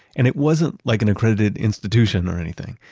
and it wasn't like an accredited institution or anything.